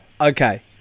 Okay